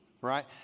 right